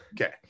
Okay